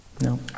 no